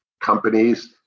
companies